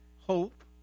hope